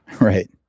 Right